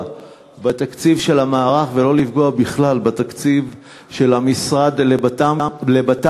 בתקציב של המערך ולא לפגוע בכלל בתקציב של המשרד לבט"פ,